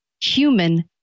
human